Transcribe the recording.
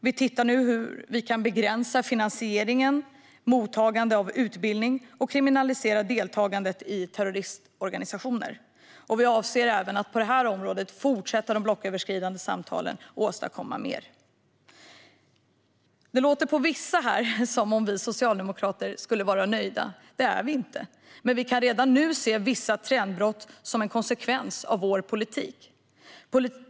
Vi tittar nu på hur vi kan begränsa finansieringen och mottagandet av utbildning samt kriminalisera deltagandet i terroristorganisationer. Vi avser även att fortsätta de blocköverskridande samtalen på det här området och åstadkomma mer. Det låter på vissa här som om vi socialdemokrater skulle vara nöjda. Det är vi inte. Men vi kan redan nu se vissa trendbrott som en konsekvens av vår politik.